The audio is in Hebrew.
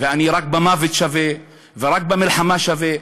רק במוות אני שווה ורק במלחמה אני שווה.